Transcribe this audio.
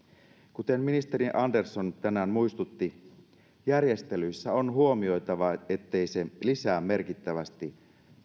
kuten ministeri andersson tänään muistutti järjestelyissä on huomioitava ettei se lisää merkittävästi